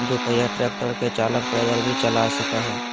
दू पहिया ट्रेक्टर के चालक पैदल भी चला सक हई